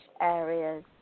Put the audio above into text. areas